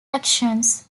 actions